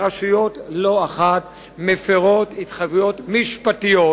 לא אחת רשויות מפירות התחייבויות משפטיות